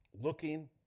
looking